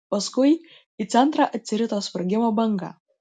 paskui į centrą atsirito sprogimo banga